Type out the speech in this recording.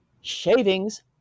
Shavings